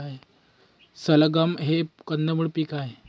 सलगम हे कंदमुळ पीक आहे